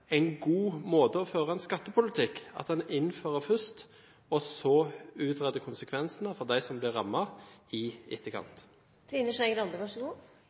en god måte å føre en skattepolitikk på, at en innfører først og så utreder konsekvensene for dem som blir rammet, i etterkant? Det er så